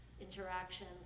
interaction